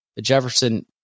Jefferson